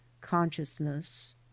consciousness